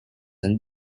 and